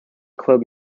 club